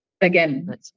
again